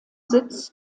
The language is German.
sitz